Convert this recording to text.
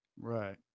right